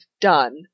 done